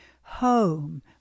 home